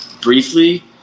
briefly